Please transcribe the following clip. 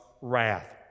wrath